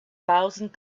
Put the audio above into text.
thousand